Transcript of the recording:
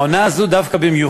העונה הזאת במיוחד,